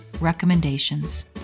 recommendations